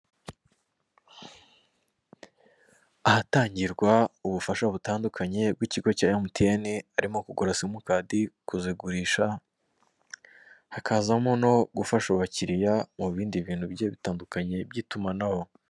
Ahatangirwa ubufasha butandukanye bw'ikigo cya Emutiyene harimo kugura simukadi, kuzigurisha, hakazamo no gufasha abakiriya mu bindi bintu bigiye bitandukanye by'itumanaho.